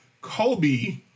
Kobe